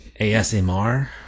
ASMR